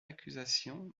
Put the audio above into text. accusation